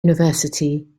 university